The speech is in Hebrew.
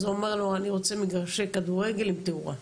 אז הוא אומר לו אני רוצה מגרשי כדורגל עם תאורה.